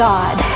God